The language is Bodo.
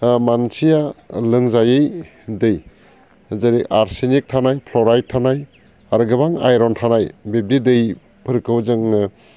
मानसिया लोंजायै दै जेरै आर्सेनिक थानाय फ्ल'राइड थानाय आरो गोबां आयरन थानाय बिब्दि दैफोरखौ जोङो